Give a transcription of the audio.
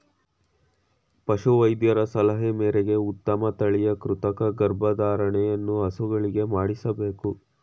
ಪಶು ವೈದ್ಯರ ಸಲಹೆ ಮೇರೆಗೆ ಉತ್ತಮ ತಳಿಯ ಕೃತಕ ಗರ್ಭಧಾರಣೆಯನ್ನು ಹಸುಗಳಿಗೆ ಮಾಡಿಸಬೇಕು